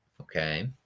okay